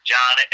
John